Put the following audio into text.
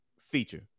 feature